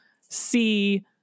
see